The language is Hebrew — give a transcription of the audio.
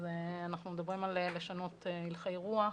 אנחנו מדברים על לשנות הלכי רוח.